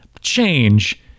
change